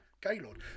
Gaylord